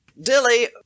Dilly